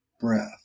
breath